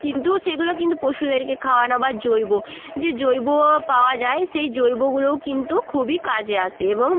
কিন্তু সেগুলো কিন্তু পশুদেরকে খাওয়ানো বা জৈব যে জৈব পাওয়া যায় সেই জৈবগুলোও কিন্তু খুবই কাজে আসে এবং